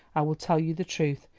i will tell you the truth,